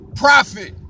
profit